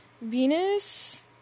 Venus